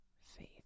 faith